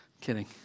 Kidding